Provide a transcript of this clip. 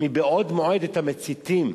מבעוד מועד את המציתים,